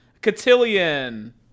Cotillion